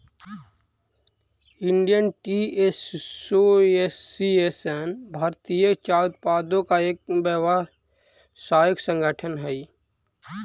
Indian tea association भारतीय चाय उत्पादकों का एक व्यावसायिक संगठन हई